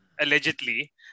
allegedly